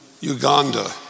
Uganda